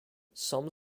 some